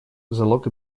залог